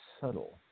subtle